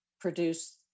produce